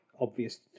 obvious